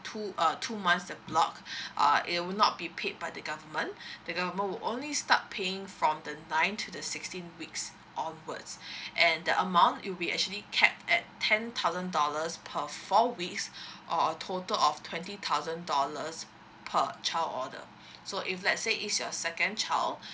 two err two month the block err it will not be paid by the government the government will only start paying from the nine to the sixteen weeks onwards and the amount it will be actually capped at ten thousand dollars per four weeks or a total of twenty thousand dollars per child order so if let's say it's your second child